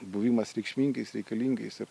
buvimas reikšmingais reikalingais ir